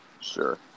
Sure